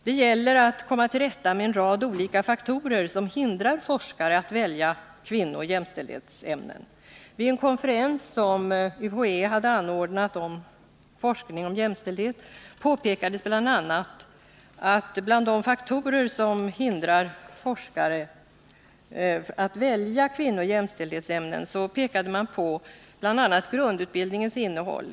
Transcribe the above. Det gäller att komma till rätta med en rad olika faktorer som har hindrat forskare från att välja kvinnooch jämställdhetsämnen. Vid en konferens som UHÄ anordnat om forskning beträffande jämställdhet påpekas bl.a. att en av de faktorer som hindrar forskare från att välja kvinnooch jämställdhetsämnen är grundutbildningens innehåll.